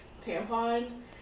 tampon